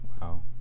Wow